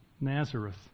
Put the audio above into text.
Nazareth